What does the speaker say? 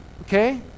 okay